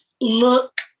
look